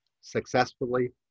successfully